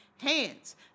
hands